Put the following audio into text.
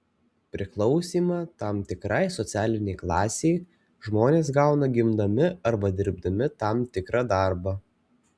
priklausymą tam tikrai socialinei klasei žmonės gauna gimdami arba dirbdami tam tikrą darbą